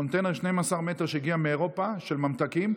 קונטיינר 12 מטר שהגיע מאירופה של ממתקים,